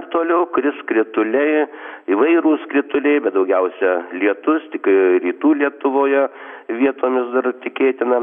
toliau kris krituliai įvairūs krituliai bet daugiausia lietus tik rytų lietuvoje vietomis dar tikėtina